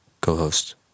co-host